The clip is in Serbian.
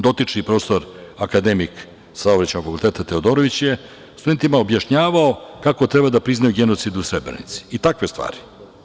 Dotični profesor akademik sa Saobraćajnog fakulteta Teodorović je studentima objašnjavao kako treba da priznaju genocid u Srebrenici i takve stvari.